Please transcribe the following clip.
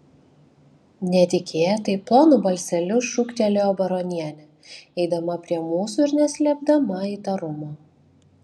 netikėtai plonu balseliu šūktelėjo baronienė eidama prie mūsų ir neslėpdama įtarumo